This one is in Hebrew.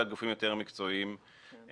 אלא גופים יותר מקצועיים והטרוגניים.